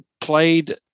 played